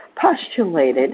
postulated